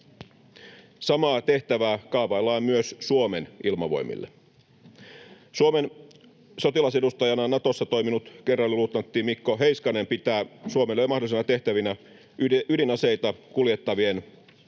Samaa tehtävää kaavaillaan myös Suomen Ilmavoimille. Suomen sotilasedustajana Natossa toiminut kenraaliluutnantti Mikko Heiskanen pitää Suomelle mahdollisina tehtävinä ydinaseita kuljettavien